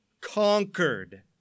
conquered